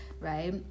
right